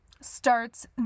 starts